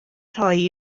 rhoi